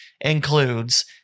includes